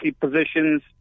positions